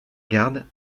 garde